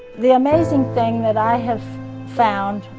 the amazing thing that i have found,